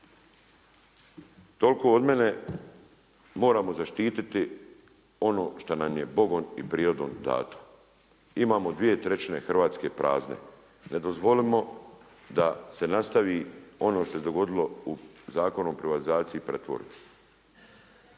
Toliko od mene. Moramo zaštititi ono što nam je Bogom i prirodom dato. Imamo 2/3 Hrvatske prazne, ne dozvolimo da se nastavi ono što se godilo u Zakonu o privatizaciji i pretvorbi.